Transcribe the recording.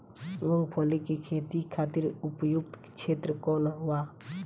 मूँगफली के खेती खातिर उपयुक्त क्षेत्र कौन वा?